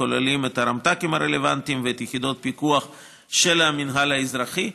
הכוללים את הרמט"קים הרלוונטיים ואת יחידות הפיקוח של המינהל האזרחי,